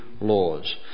Laws